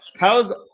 how's